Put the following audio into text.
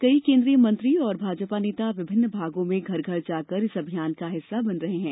कई केन्द्रीय मंत्री और भाजपा नेता विभिन्न भागों में घर घर जाकर इस अभियान का हिस्सा बन रहे है